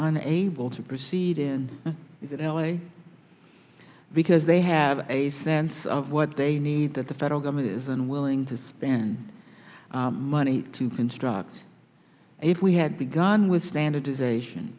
able to proceed in l a because they have a sense of what they need that the federal government is unwilling to spend money to construct if we had began with standardization